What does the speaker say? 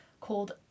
called